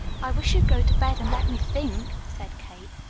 i wish you'd go to bed and let me think! said kate.